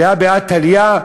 הא בהא תליא.